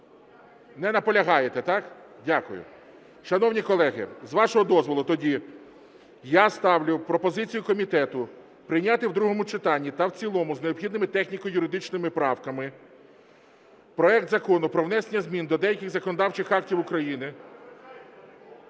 Не полягаєте, так? Дякую. Шановні колеги, з вашого дозволу, тоді я ставлю пропозицію комітету прийняти в другому читанні та в цілому з необхідними техніко-юридичними правками проект Закону про внесення змін до деяких законодавчих актів України…